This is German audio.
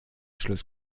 schluss